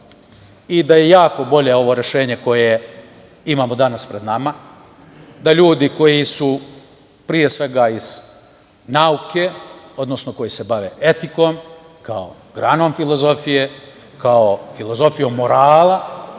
i da je jako bolje ovo rešenje koje imamo danas pred nama, da ljudi koji su, pre svega iz nauke, odnosno koji se bave etikom, kao granom filozofije, kao filozofijom morala,